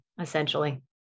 essentially